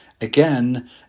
Again